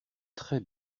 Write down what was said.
très